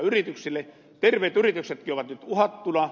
terveetkin yritykset ovat nyt uhattuna